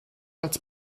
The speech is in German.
als